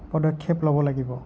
পদক্ষেপ ল'ব লাগিব